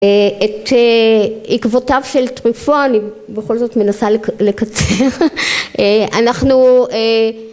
את עקבותיו של טריפואה אני בכל זאת מנסה לקצר, אנחנו